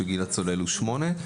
שגיל הצולל הוא שמונה.